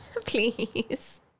Please